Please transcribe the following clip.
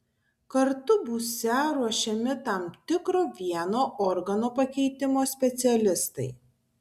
kartu būsią ruošiami tam tikro vieno organo pakeitimo specialistai